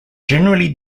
generally